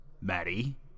Maddie